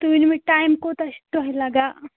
تُہۍ ؤنِو مےٚ ٹایِم کوٗتاہ چھِ تۄہہِ لَگان